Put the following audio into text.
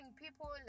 people